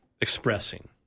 expressing